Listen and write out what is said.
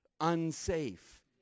unsafe